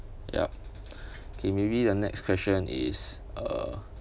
yup okay maybe the next question is uh